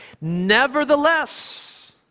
Nevertheless